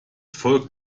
volk